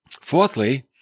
Fourthly